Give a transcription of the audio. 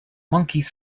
monkeys